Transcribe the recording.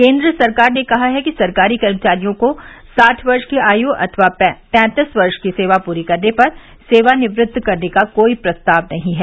केन्द्र सरकार ने कहा है कि सरकारी कर्मचारियों को साठ वर्ष की आयु अथवा तैंतीस वर्ष की सेवा पूरी करने पर सेवानिवृत्त करने का कोई प्रस्ताव नहीं है